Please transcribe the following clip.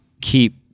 keep